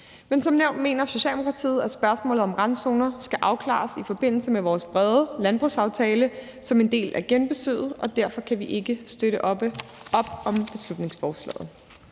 Men som nævnt mener Socialdemokratiet, at spørgsmålet om randzoner skal afklares i forbindelse med vores brede landbrugsaftale som en del af genbesøget, og derfor kan vi ikke støtte op om beslutningsforslaget.